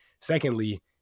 Secondly